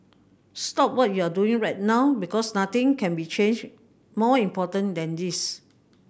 stop what you're doing right now because nothing can be changed more important than this